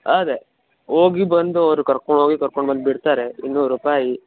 ಅದೇ ಹೋಗಿ ಬಂದು ಅವರು ಕರ್ಕೊಂಡೋಗಿ ಕರ್ಕೊಂಡ್ಬಂದ್ಬಿಡ್ತಾರೆ ಇನ್ನೂರು ರೂಪಾಯಿ